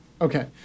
Okay